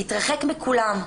להתרחק מכולם.